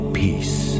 peace